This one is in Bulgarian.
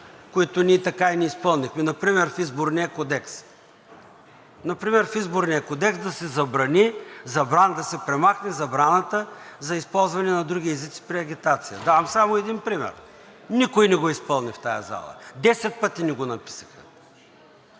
които ние така и не изпълнихме. Например в Изборния кодекс. Например в Изборния кодекс да се премахне забраната за използване на други езици при агитация. Давам само един пример. Никой не го изпълни в тази зала, десет пъти ни го написаха.